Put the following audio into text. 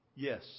Yes